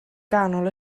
ganol